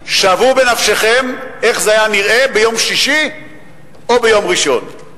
שוו בנפשכם איך זה היה נראה ביום שישי או ביום ראשון.